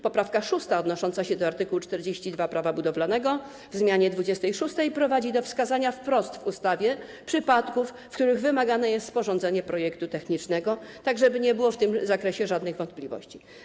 Poprawka 6. odnosząca się do art. 42 Prawa budowlanego w zmianie 26 prowadzi do wskazania wprost w ustawie przypadków, w których wymagane jest sporządzenie projektu technicznego, tak żeby nie było w tym zakresie żadnych wątpliwości.